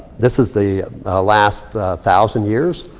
this is the last thousand years.